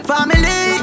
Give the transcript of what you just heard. Family